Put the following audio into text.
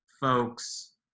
folks